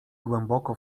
głęboko